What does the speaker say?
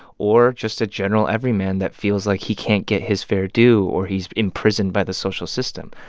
or just a general everyman that feels like he can't get his fair do or he's imprisoned by the social system.